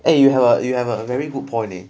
eh you have a you have a very good point eh